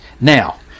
Now